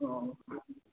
हँ